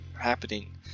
happening